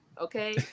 Okay